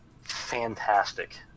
fantastic